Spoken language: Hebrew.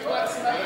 שירות ביטחון (הוראת שעה)